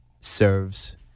serves